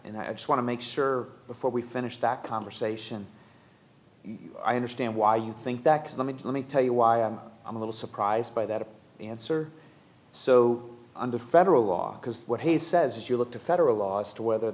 and i just want to make sure before we finish that conversation i understand why you think that the mix let me tell you why i'm i'm a little surprised by that answer so under federal law because what he says you look to federal law as to whether